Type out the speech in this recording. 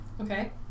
Okay